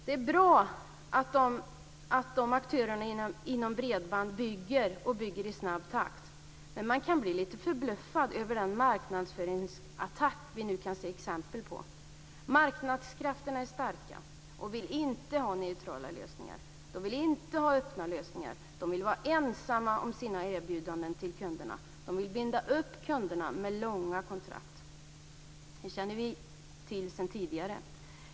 Det är bra att aktörerna inom bredbandssektorn bygger - och bygger i snabb takt. Men man kan bli lite förbluffad över den marknadsföringsattack vi nu kan se exempel på. Marknadskrafterna är starka och vill inte ha neutrala lösningar. De vill inte ha öppna lösningar. De vill vara ensamma om sina erbjudanden till kunderna. De vill binda upp kunderna med långa kontrakt. Det känner vi till sedan tidigare.